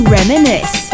Reminisce